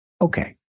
Okay